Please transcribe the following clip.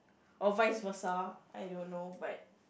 or vice versa I don't know but